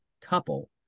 couple